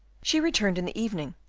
she returned in the evening.